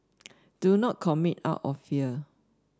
do not commit out of fear